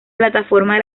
plataforma